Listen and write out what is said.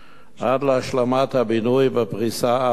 עד להשלמת הבינוי והפריסה הארצית".